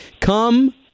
come